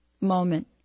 moment